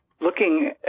looking